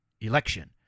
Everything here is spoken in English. election